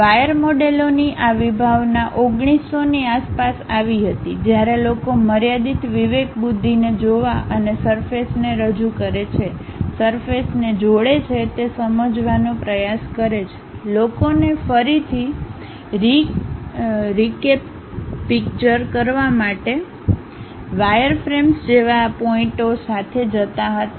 wire મોડેલોની આ વિભાવના 1900 ની આસપાસ આવી હતી જ્યારે લોકો મર્યાદિત વિવેકબુદ્ધિને જોવા અને સરફેસને રજૂ કરે છે સરફેસને જોડે છે તે સમજવાનો પ્રયાસ કરે છે લોકોને ફરીથી રીકેપિક્ચર કરવા માટે વાયરફ્રેમ્સ જેવા આ પોઇન્ટઓ સાથે જતા હતા